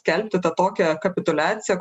skelbti tą tokią kapituliaciją